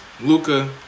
Luca